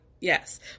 Yes